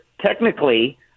technically